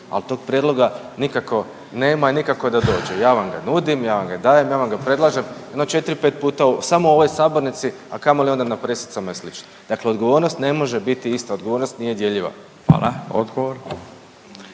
al tog prijedloga nikako nema i nikako da dođe, ja vam ga nudim, ja vam ga dajem, ja vam ga predlažem jedno 4-5 puta samo u ovoj sabornici, a kamoli onda na pressicama i slično, dakle odgovornost ne može biti ista, odgovornost nije djeljiva. **Radin,